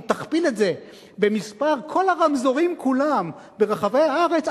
אם נכפיל את זה במספר כל הרמזורים כולם ברחבי הארץ,